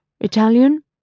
Italian